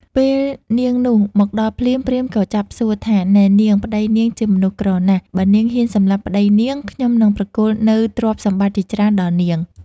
ពេលនាងនោះ មកដល់ភ្លាម ព្រាហ្មណ៍ ក៏ចាប់សួរថា នែនាង ប្ដីនាងជាមនុស្សក្រណាស់ បើនាងហ៊ានសម្លាប់ប្តីនាង ខ្ញុំនឹងប្រគល់នូវទ្រព្យសម្បត្តិជាច្រើនដល់នាង។